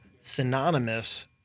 synonymous